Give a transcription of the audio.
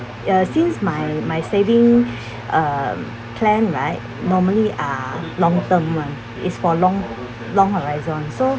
ya since my my saving um plan right normally are long term one is for long long horizon so